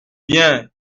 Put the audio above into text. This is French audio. bien